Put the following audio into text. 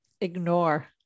ignore